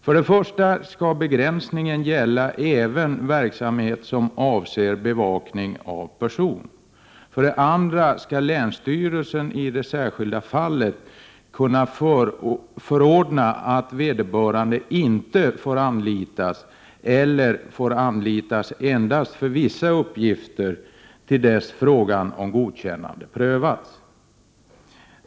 För det första skall begränsningen gälla även verksamhet som avser bevakning av person. För det andra skall länsstyrelsen i det särskilda fallet kunna förordna att vederbörande inte får anlitas eller får anlitas endast för vissa uppgifter till dess frågan om godkännande prövats.